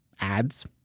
ads